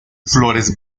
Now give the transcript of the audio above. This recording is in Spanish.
flores